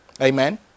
Amen